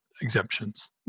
exemptions